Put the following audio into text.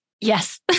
Yes